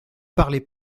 parlez